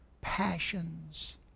passions